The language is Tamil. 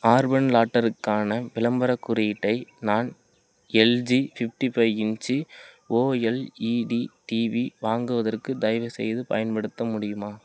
ஆர்பன் லாட்டருக்கான விளம்பரக் குறியீட்டை நான் LG fifty five inch OLED TV வாங்குவதற்கு தயவுசெய்து பயன்படுத்த முடியுமா